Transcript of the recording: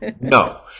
No